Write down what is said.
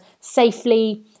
safely